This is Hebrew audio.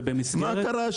מה קרה?